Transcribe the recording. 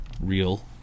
real